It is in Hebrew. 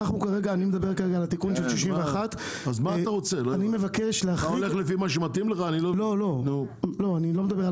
אני מדבר על תיקון 61, ואני לא מדבר על